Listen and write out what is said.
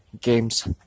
games